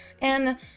And-